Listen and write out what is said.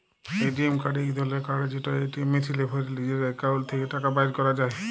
ATM card ইক ধরলের card যেট এটিএম মেশিলে ভ্যরে লিজের একাউল্ট থ্যাকে টাকা বাইর ক্যরা যায়